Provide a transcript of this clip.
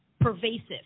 pervasive